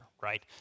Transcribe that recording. right